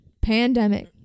pandemic